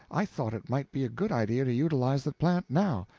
i thought it might be a good idea to utilize the plant now.